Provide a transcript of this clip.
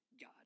God